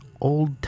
Old